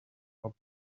trois